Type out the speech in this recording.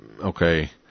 Okay